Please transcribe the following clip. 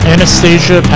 Anastasia